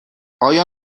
آیا